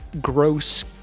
gross